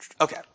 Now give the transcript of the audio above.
Okay